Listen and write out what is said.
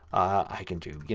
i can do, you